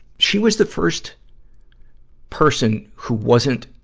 she was the first person who wasn't,